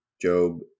Job